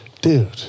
Dude